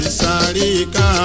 sarika